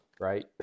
right